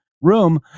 room